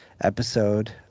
episode